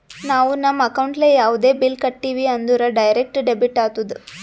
ನಾವು ನಮ್ ಅಕೌಂಟ್ಲೆ ಯಾವುದೇ ಬಿಲ್ ಕಟ್ಟಿವಿ ಅಂದುರ್ ಡೈರೆಕ್ಟ್ ಡೆಬಿಟ್ ಆತ್ತುದ್